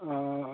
অ